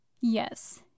Yes